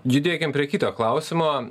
judėkim prie kito klausimo